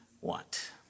want